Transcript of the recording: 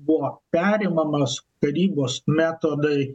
buvo perimamas karybos metodai